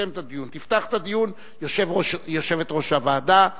תפתח את הדיון יושבת-ראש הוועדה,